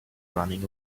running